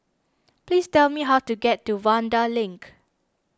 please tell me how to get to Vanda Link